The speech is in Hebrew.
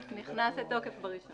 נכנס לתוקף בראשון